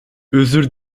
özür